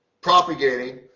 propagating